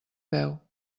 peu